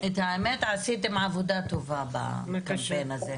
עשיתם עבודה טובה עם הסרטון הזה.